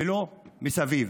ולא מסביב,